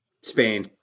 Spain